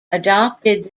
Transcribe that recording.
adopted